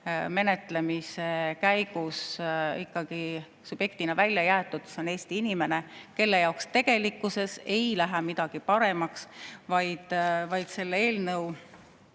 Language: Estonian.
menetlemise käigus ikkagi subjektina välja jäetud, on Eesti inimene, kelle jaoks tegelikkuses ei lähe midagi paremaks. Selle eelnõu